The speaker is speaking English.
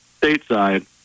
stateside